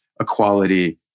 equality